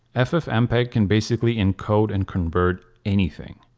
ffmpeg can basically encode and convert anything.